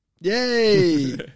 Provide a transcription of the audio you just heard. Yay